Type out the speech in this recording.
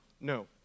No